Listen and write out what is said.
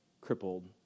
crippled